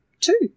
two